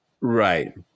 Right